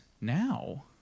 now